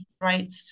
right